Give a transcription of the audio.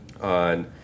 on